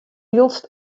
wylst